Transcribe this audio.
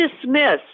dismiss